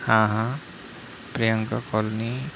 हां हां प्रियंका कॉलनी